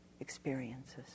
experiences